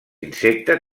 insecte